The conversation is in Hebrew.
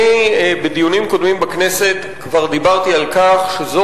ובדיונים קודמים בכנסת כבר דיברתי על כך שזו